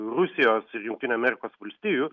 rusijos ir jungtinių amerikos valstijų